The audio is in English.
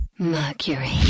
Mercury